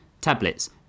Tablets